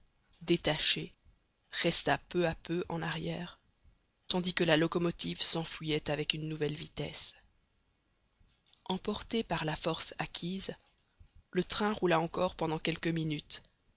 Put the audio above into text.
détaché resta peu à peu en arrière tandis que la locomotive s'enfuyait avec une nouvelle vitesse emporté par la force acquise le train roula encore pendant quelques minutes